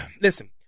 Listen